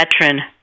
veteran